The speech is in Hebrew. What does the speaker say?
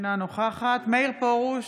אינה נוכחת מאיר פרוש,